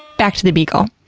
back to the beagle.